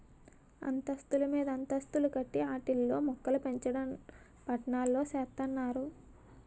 అంతస్తులు మీదంతస్తులు కట్టి ఆటిల్లో మోక్కలుపెంచడం పట్నాల్లో సేత్తన్నారు